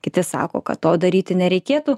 kiti sako kad to daryti nereikėtų